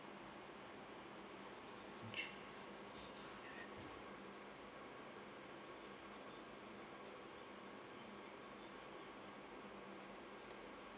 ch~